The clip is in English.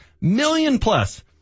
million-plus